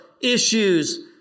issues